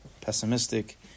pessimistic